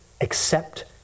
accept